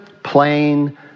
plain